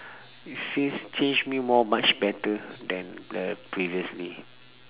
it says change me more much better than the previously